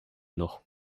noch